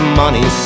money